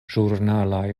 ĵurnalaj